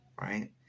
right